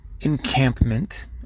encampment